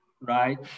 right